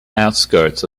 outskirts